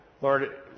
Lord